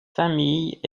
famille